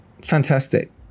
fantastic